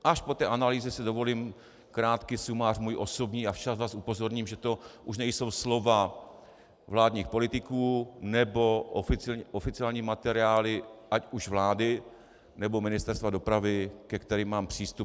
Až po té analýze si dovolím krátký sumář svůj osobní a včas vás upozorním, že to už nejsou slova vládních politiků nebo oficiální materiály ať už vlády, nebo Ministerstva dopravy, ke kterým mám přístup.